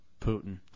Putin